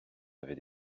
avais